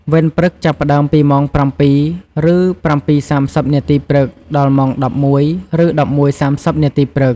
វេនព្រឹកចាប់ផ្ដើមពីម៉ោង៧:០០ឬ ៧:៣០នាទីព្រឹក ដល់ម៉ោង ១១:០០ ឬ ១១:៣០នាទីព្រឹក។